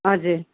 हजुर